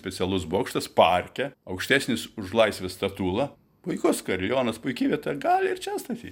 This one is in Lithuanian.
specialus bokštas parke aukštesnis už laisvės statulą puikus karilionas puiki vieta gali ir čia statyt